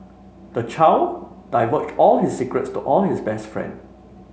the child divulged all his secrets to all his best friend